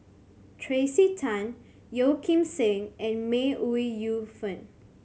Tracey Tan Yeo Kim Seng and May Ooi Yu Fen